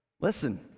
Listen